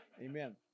amen